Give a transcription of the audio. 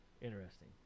interesting